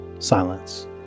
Silence